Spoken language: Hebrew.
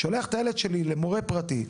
שולח את הילד שלי למורה פרטי,